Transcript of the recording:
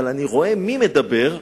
אבל אני רואה מי מדבר,